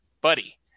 buddy